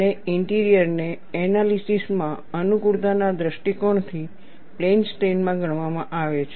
અને ઇન્ટિરિયરને એનાલિસિસ માં અનુકૂળતાના દૃષ્ટિકોણથી પ્લેન સ્ટ્રેઇન માં ગણવામાં આવે છે